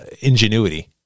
ingenuity